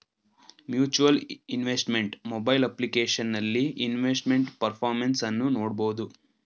mutual investment mobile ಅಪ್ಲಿಕೇಶನಲ್ಲಿ investment performance ಅನ್ನು ನೋಡ್ಬೋದು